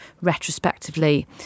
retrospectively